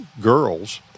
girls